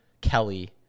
Kelly